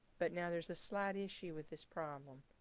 but now there's a slight issue with this problem.